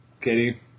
Katie